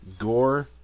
gore